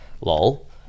lol